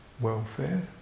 welfare